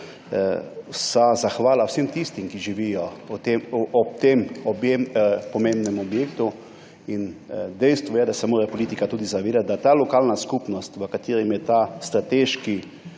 vsa zahvala sem tistim, ki živijo ob tem pomembnem objektu. Dejstvo je, da se mora politika tudi zavedati, da ta lokalna skupnost, v kateri je ta strateški